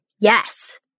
yes